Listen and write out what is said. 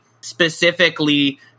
specifically